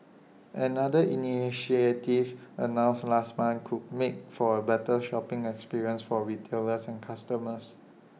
another initiative announced last month could make for A better shopping experience for retailers and customers